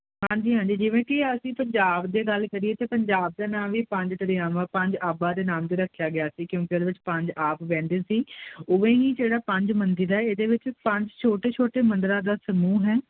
ਹਾਂਜੀ ਹਾਂਜੀ ਜਿਵੇਂ ਕਿ ਅਸੀਂ ਪੰਜਾਬ ਦੇ ਗੱਲ ਕਰੀਏ ਤੇ ਪੰਜਾਬ ਦੇ ਨਾਂ ਵੀ ਪੰਜ ਦਰਿਆਵਾਂ ਪੰਜ ਆਬਾ ਦੇ ਨਾਮ ਤੇ ਰੱਖਿਆ ਗਿਆ ਸੀ ਕਿਉਂਕਿ ਇਹਦੇ ਵਿੱਚ ਪੰਜ ਆਪ ਵਹਿੰਦੇ ਸੀ ਉਵੇਂ ਹੀ ਜਿਹੜਾ ਪੰਜ ਮੰਦੀ ਦਾ ਇਹਦੇ ਵਿੱਚ ਪੰਜ ਛੋਟੇ ਛੋਟੇ ਮੰਦਰਾਂ ਦਾ ਸਮੂਹ ਹੈ